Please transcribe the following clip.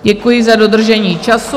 Děkuji za dodržení času.